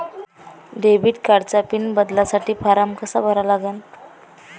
Debit कार्डचा pin बदलासाठी form कसा भरा लागन?